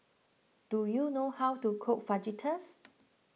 do you know how to cook Fajitas